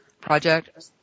Project